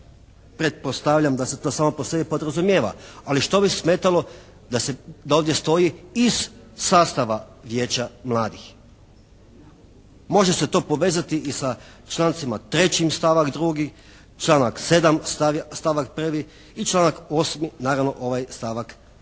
Pretpostavljam da se to samo po sebi podrazumijeva, ali što bi smetalo da ovdje stoji iz sastava Vijeća mladih? Može se to povezati i s člancima 3. stavak 2., članak 7. stavak 1. i članak 8. naravno ovaj stavak 4.